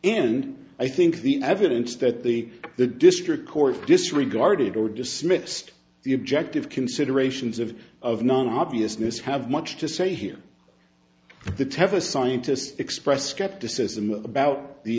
and i think the evidence that the the district court disregarded or dismissed the objective considerations of of non obviousness have much to say here the tever scientist expressed skepticism about the